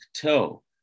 toe